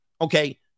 okay